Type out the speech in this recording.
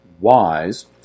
wise